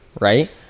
right